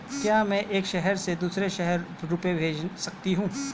क्या मैं एक शहर से दूसरे शहर रुपये भेज सकती हूँ?